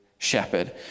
Shepherd